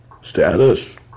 Status